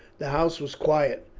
the house was quiet,